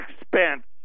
expense